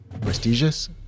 prestigious